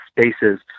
spaces